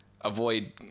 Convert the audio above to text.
avoid